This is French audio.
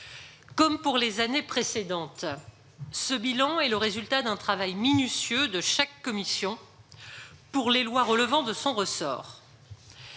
Comme les années précédentes, ce bilan est le résultat d'un travail minutieux de chaque commission pour les lois relevant de son ressort.